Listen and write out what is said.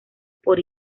por